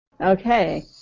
Okay